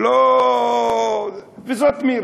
וזאת מירי,